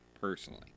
personally